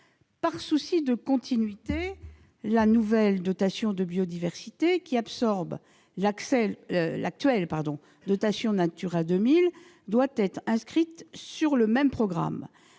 Par souci de continuité, la nouvelle dotation de biodiversité qui absorbe l'actuelle dotation Natura 2000 doit être inscrite sur le même programme.